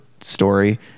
story